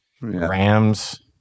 rams